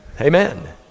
Amen